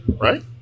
right